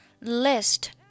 list